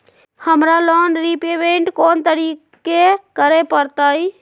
हमरा loan repayment कोन तारीख के करे के परतई?